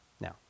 Now